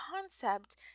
concept